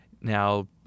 Now